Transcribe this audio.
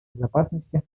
безопасности